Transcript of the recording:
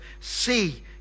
See